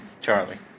Charlie